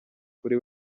kuri